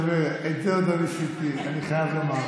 חבר, את זה עוד לא ניסיתי, אני חייב לומר.